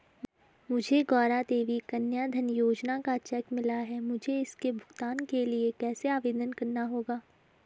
मुझे गौरा देवी कन्या धन योजना का चेक मिला है मुझे इसके भुगतान के लिए कैसे आवेदन करना होगा?